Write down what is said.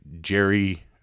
Jerry